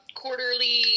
quarterly